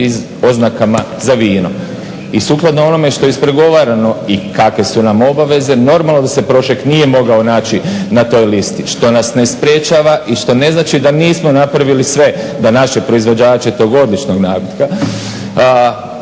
oznakama za vino. I sukladno onome što je ispregovarano i kakve su nam obaveze normalno da se Prošek nije mogao naći na toj listi što nas ne sprečava i što ne znači da nismo napravili sve da naše proizvođače tog odličnog …